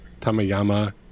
Tamayama